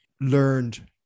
learned